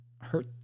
hurt